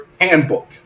Handbook